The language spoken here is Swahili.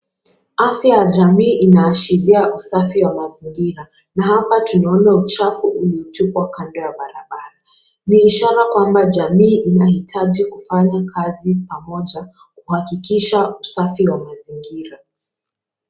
Afya ya jamii inaashiria usafi wa mazingira. Na hapa tunaona uchafu uliotupwa kando ya barabara. Ni ishara kwamba jamii inahitaji kufanya kazi pamoja kuhakikisha usafi wa mazingira.